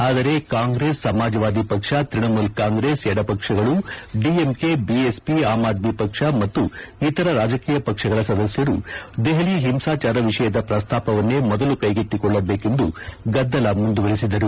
ಆದರೆ ಕಾಂಗ್ರೆಸ್ ಸಮಾಜವಾದಿ ಪಕ್ಷ ತ್ವಣಮೂಲ ಕಾಂಗ್ರೆಸ್ ಎದ ಪಕ್ಷಗಳು ದಿಎಂಕೆ ಬಿಎಸ್ಪಿ ಆಮ್ಆದ್ಮಿ ಪಕ್ಷ ಮತ್ತು ಇತರ ರಾಜಕೀಯ ಪಕ್ಷಗಳ ಸದಸ್ಯರು ದೆಹಲಿ ಹಿಂಸಾಚಾರ ವಿಷಯದ ಪ್ರಸ್ತಾಪವನ್ನೇ ಮೊದಲು ಕೈಗೆತ್ತಿಕೊಳ್ಳಬೇಕೆಂದು ಗದ್ದಲ ಮುಂದುವರೆಸಿದರು